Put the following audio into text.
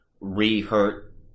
re-hurt